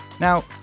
Now